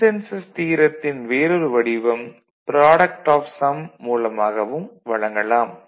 consensus தியரத்தின் வேறொரு வடிவம் ப்ராடக்ட் ஆப் சம் மூலமாகவும் வழங்கலாம்